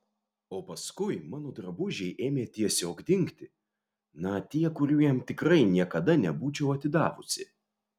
o paskui mano drabužiai ėmė tiesiog dingti na tie kurių jam tikrai niekada nebūčiau atidavusi